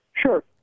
Sure